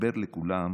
הסתבר לכולם